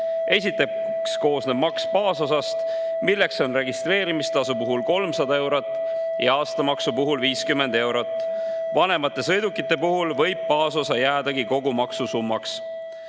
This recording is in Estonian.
Esiteks koosneb maks baasosast, mis on registreerimistasu puhul 300 eurot ja aastamaksu puhul 50 eurot. Vanemate sõidukite puhul võib baasosa jäädagi kogu maksusummaks.